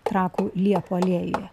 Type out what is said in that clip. trakų liepų alėjoje